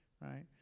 right